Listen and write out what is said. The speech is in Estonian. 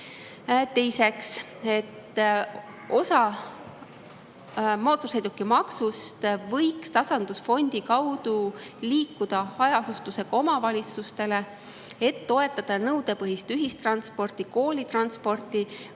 Teiseks, osa mootorsõidukimaksust võiks tasandusfondi kaudu liikuda hajaasustusega omavalitsustele, et toetada nõudepõhist ühistransporti, koolitransporti